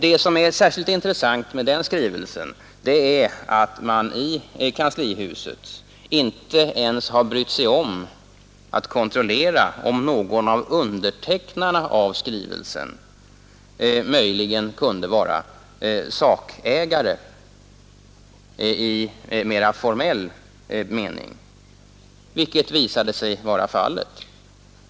Det som är särskilt intressant med skrivelsen är att man i kanslihuset inte ens har brytt sig om att kontrollera om någon av undertecknarna av besvärsskrivelsen möjligen kunde vara sakägare i mera formell mening — vilket visade sig vara fallet.